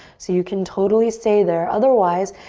so you can totally stay there. otherwise,